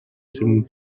swimming